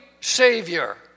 savior